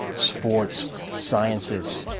sports, scientists.